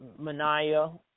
Manaya